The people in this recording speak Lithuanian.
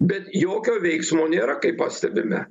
bet jokio veiksmo nėra kai pastebime